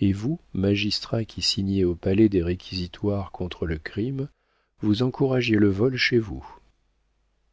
et vous magistrat qui signez au palais des réquisitoires contre le crime vous encouragiez le vol chez vous